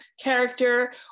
character